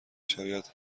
شاید